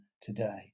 today